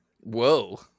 Whoa